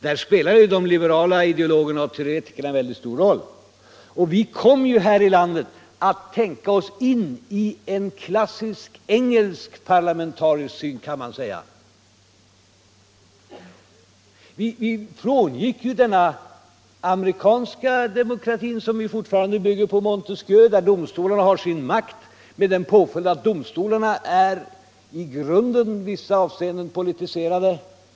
Här spelade ju de liberala ideologerna och teoretikerna en väldigt stor roll, och vi kom här i landet att tänka oss in i en klassisk engelsk parlamentarisk syn, kan man säga. Vi frångick den amerikanska demokratin som fortfarande bygger på Montesquieu och där domstolarna har sin makt, med påföljd att domstolarna i vissa avseenden är i grunden politiserade.